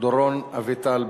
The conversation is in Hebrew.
דורון אביטל.